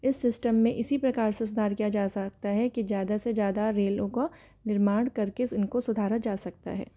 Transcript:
इस सिस्टम में इसी प्रकार से सुधार किया जा सकता है कि ज़्यादा से ज़्यादा रेलों का निर्माण करके उनको सुधारा जा सकता है